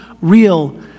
real